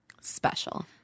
special